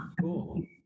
Cool